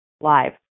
live